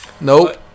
nope